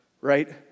Right